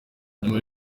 nyuma